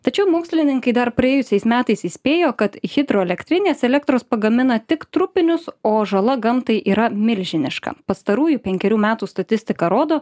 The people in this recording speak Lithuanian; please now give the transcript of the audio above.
tačiau mokslininkai dar praėjusiais metais įspėjo kad hidroelektrinės elektros pagamina tik trupinius o žala gamtai yra milžiniška pastarųjų penkerių metų statistika rodo